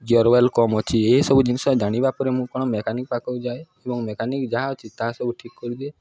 ଜରୱାଲ୍ କମ୍ ଅଛି ଏସବୁ ଜିନିଷ ଜାଣିବା ପରେ ମୁଁ କ'ଣ ମେକାନିକ୍ ପାଖକୁ ଯାଏ ଏବଂ ମେକାନିକ୍ ଯାହା ଅଛି ତାହା ସବୁ ଠିକ୍ କରିଦିଏ